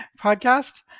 podcast